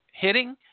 hitting